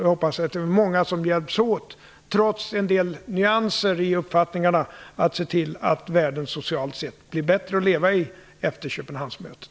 Jag hoppas att det trots en del nyanser i uppfattningarna blir många som hjälps åt att se till att världen socialt sett blir bättre att leva i efter Köpenhamnsmötet.